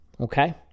Okay